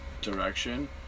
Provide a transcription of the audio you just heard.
direction